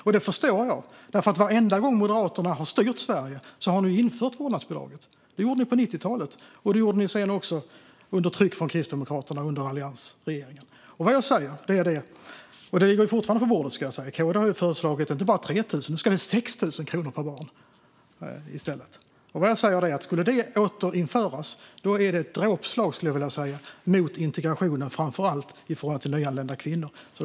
Och det förstår jag, för varenda gång Moderaterna har styrt Sverige har man infört vårdnadsbidraget. Man gjorde det på 90-talet, och man gjorde det - under tryck från Kristdemokraterna - under alliansregeringens tid. Frågan ligger dessutom fortfarande på bordet, ska jag säga; KD har ju föreslagit inte bara 3 000 kronor per barn, utan nu ska det vara 6 000 kronor i stället. Vad jag säger är att det vore ett dråpslag mot integrationen, framför allt av nyanlända kvinnor, om detta skulle återinföras.